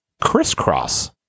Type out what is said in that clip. crisscross